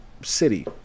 city